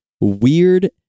weird